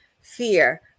fear